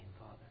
Father